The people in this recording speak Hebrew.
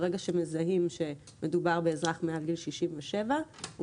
ברגע שמזהים שמדובר באזרח מעל גיל 67 הוא